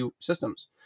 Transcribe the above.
systems